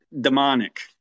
demonic